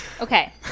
Okay